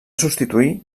substituir